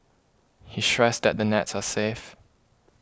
he stressed that the nets are safe